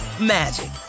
magic